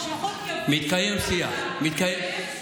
ושהוא בכל זאת יביא את זה לוועדה,